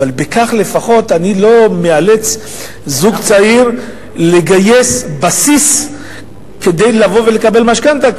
אבל בכך לפחות אני לא מאלץ זוג צעיר לגייס בסיס כדי לבוא ולקבל משכנתה,